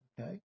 Okay